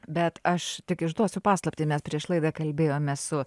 bet aš tik išduosiu paslaptį mes prieš laidą kalbėjome su